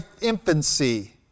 infancy